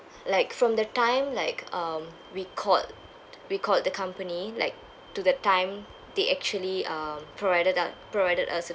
like from their time like um we called we called the company like to the time they actually uh provided uh provided us with